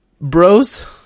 Bros